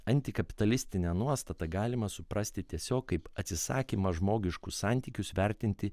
antikapitalistinę nuostatą galima suprasti tiesiog kaip atsisakymą žmogiškus santykius vertinti